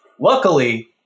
luckily